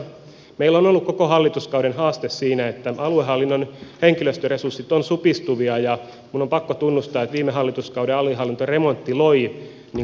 meillä on ollut koko hallituskauden haaste siinä että aluehallinnon henkilöstöresurssit ovat supistuvia ja minun on pakko tunnustaa että viime hallituskauden aluehallintoremontti loi kasaantuneen ruuhkapaineen